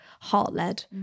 heart-led